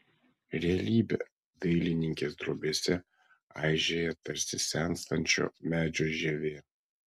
realybė dailininkės drobėse aižėja tarsi senstančio medžio žievė